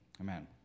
amen